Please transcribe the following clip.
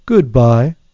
Goodbye